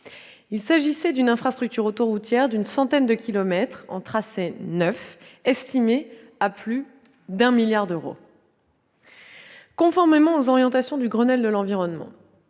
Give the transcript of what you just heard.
Il s'agissait d'une infrastructure autoroutière d'une centaine de kilomètres en tracé neuf, d'un coût estimé à plus de 1 milliard d'euros. Conformément aux orientations du Grenelle de l'environnement,